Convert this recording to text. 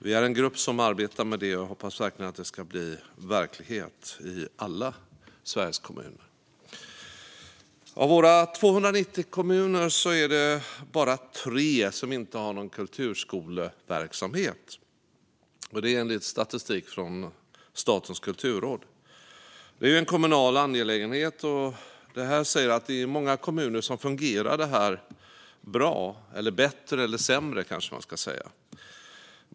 Vi är en grupp som arbetar med det, och jag hoppas verkligen att det ska bli verklighet i alla Sveriges kommuner. Av våra 290 kommuner är det bara 3 som inte har någon kulturskoleverksamhet, enligt statistik från Statens kulturråd. Detta är en kommunal angelägenhet, och i många kommuner fungerar det bra - eller bättre eller sämre, ska man kanske säga.